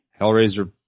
Hellraiser